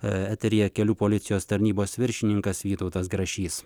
eteryje kelių policijos tarnybos viršininkas vytautas grašys